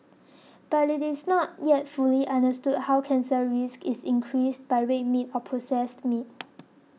but it is not yet fully understood how cancer risk is increased by red meat or processed meat